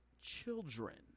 children